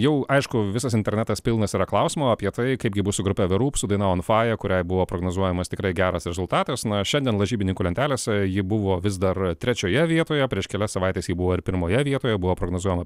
jau aišku visas internetas pilnas yra klausimų apie tai kaipgi bus su grupe the roop su daina on fire kuriai buvo prognozuojamas tikrai geras rezultatas na šiandien lažybininkų lentelėse ji buvo vis dar trečioje vietoje prieš kelias savaites ji buvo ir pirmoje vietoje buvo prognozuojama